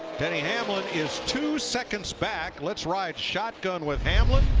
denny hamlin is two seconds back. let's ride shotgun with hamlin.